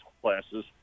classes